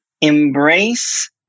embrace